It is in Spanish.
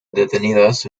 detenidas